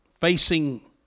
facing